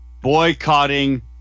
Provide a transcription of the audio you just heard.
Boycotting